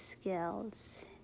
skills